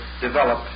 develop